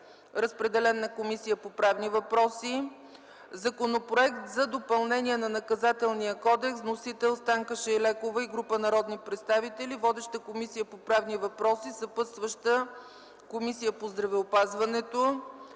Разпределен е на Комисията по правни въпроси. Законопроект за допълнение на Наказателния кодекс. Вносители: Станка Шайлекова и група народни представители. Водеща е Комисията по правни въпроси, съпътстваща е Комисията по здравеопазването.